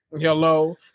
Hello